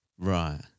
Right